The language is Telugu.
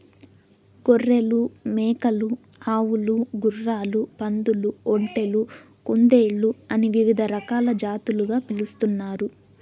గొర్రెలు, మేకలు, ఆవులు, గుర్రాలు, పందులు, ఒంటెలు, కుందేళ్ళు అని వివిధ రకాల జాతులుగా పిలుస్తున్నారు